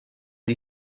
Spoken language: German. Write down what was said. die